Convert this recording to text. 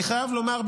אני חייב לומר,